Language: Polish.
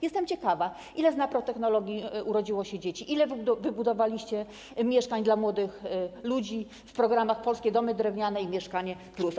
Jestem ciekawa, ile dzięki naprotechnologii urodziło się dzieci, ile wybudowaliście mieszkań dla młodych ludzi w ramach programów: polskie domy drewniane i „Mieszkanie+”